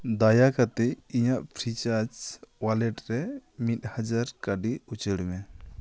ᱫᱟᱭᱟ ᱠᱟᱛᱮᱫ ᱤᱧᱟᱹᱜ ᱯᱷᱨᱤᱪᱟᱨᱡᱽ ᱳᱣᱟᱞᱮᱴ ᱨᱮ ᱢᱤᱫ ᱦᱟᱡᱟᱨ ᱠᱟᱹᱣᱰᱤ ᱩᱪᱟᱹᱲ ᱢᱮ